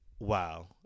wow